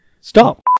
Stop